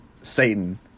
Satan